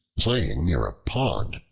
playing near a pond,